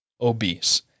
obese